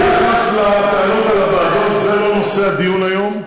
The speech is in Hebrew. ביחס לטענות על הוועדות, זה לא נושא הדיון היום,